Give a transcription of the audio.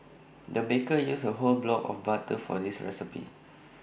the baker used A whole block of butter for this recipe